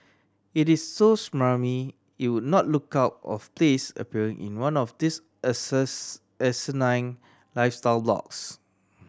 it is so smarmy it would not look out of place appearing in one of these asinine lifestyle blogs